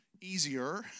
easier